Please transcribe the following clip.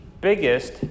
biggest